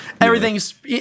everything's